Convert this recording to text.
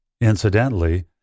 Incidentally